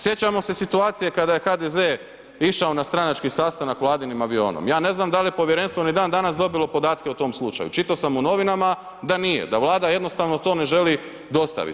Sjećamo se situacije kada je HDZ išao na stranački sastanak Vladinim avionom, ja ne znam da li je povjerenstvo ni dan danas dobilo podatke o tom slučaju, čitao sam u novinama da nije, da Vlada jednostavno to ne želi dostavit.